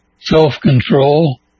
Self-control